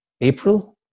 April